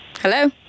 Hello